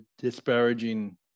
disparaging